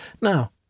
Now